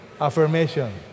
affirmation